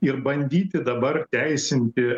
ir bandyti dabar teisinti